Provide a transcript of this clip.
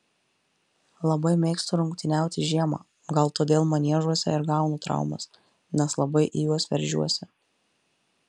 labai mėgstu rungtyniauti žiemą gal todėl maniežuose ir gaunu traumas nes labai į juos veržiuosi